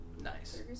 Nice